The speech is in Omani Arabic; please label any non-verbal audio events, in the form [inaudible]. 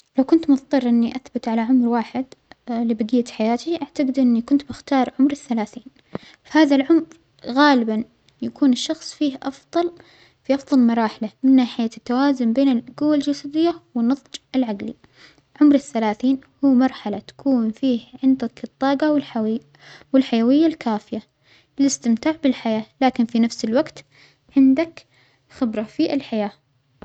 لو كنت مظطرة إنى أثبت على عمر واحد [hesitation] لبجية حياتى أعتجد إنى كنت بختار عمر الثلاثين، هذا العمر غالبا يكون الشخص فيه أفظل-في أفضل مراحله من ناحية التوازن بين الجوة الجسدية والنضج العجلى، عمر الثلاثين هو مرحلة تكون فيه عندك الطاجة والحوي-والحيوية الكافية للإستمتاع بالحياة لكن في نفس الوجت عندك خبرة في الحياة.